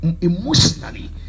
emotionally